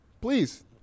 Please